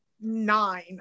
nine